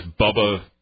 Bubba